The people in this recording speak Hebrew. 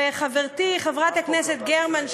וחברתי חברת הכנסת גרמן,